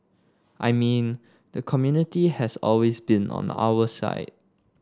I mean the community has always been on our side